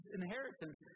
inheritance